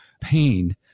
pain